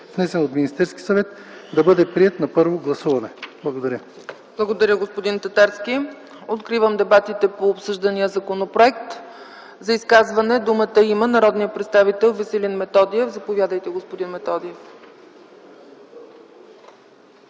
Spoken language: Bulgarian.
внесен от Министерския съвет, да бъде приет на първо гласуване.” Благодаря. ПРЕДСЕДАТЕЛ ЦЕЦКА ЦАЧЕВА: Благодаря, господин Татарски. Откривам дебите по обсъждания законопроект. За изказване думата има народния представител Веселин Методиев. Заповядайте, господин Методиев.